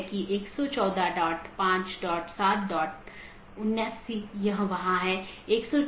गैर संक्रमणीय में एक और वैकल्पिक है यह मान्यता प्राप्त नहीं है इस लिए इसे अनदेखा किया जा सकता है और दूसरी तरफ प्रेषित नहीं भी किया जा सकता है